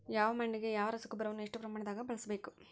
ಯಾವ ಮಣ್ಣಿಗೆ ಯಾವ ರಸಗೊಬ್ಬರವನ್ನು ಎಷ್ಟು ಪ್ರಮಾಣದಾಗ ಬಳಸ್ಬೇಕು?